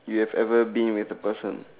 you have ever been with a person